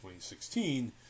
2016